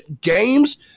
games